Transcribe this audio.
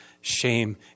shame